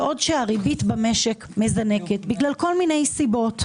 בעוד שהריבית במשק מזנקת בגלל כל מיני סיבות,